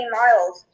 miles